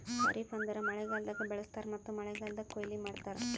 ಖರಿಫ್ ಅಂದುರ್ ಮಳೆಗಾಲ್ದಾಗ್ ಬೆಳುಸ್ತಾರ್ ಮತ್ತ ಮಳೆಗಾಲ್ದಾಗ್ ಕೊಯ್ಲಿ ಮಾಡ್ತಾರ್